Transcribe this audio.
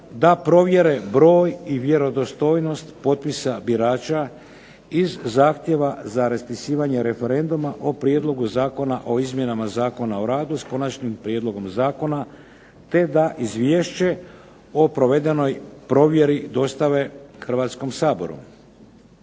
da provjere broj i vjerodostojnost potpisa birača iz zahtjeva za raspisivanje referenduma o Prijedlogu zakona o izmjenama Zakona o radu, s konačnim prijedlogom zakona te da izvješće o provedenoj provjeri dostave Hrvatskom saboru.